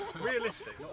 Realistic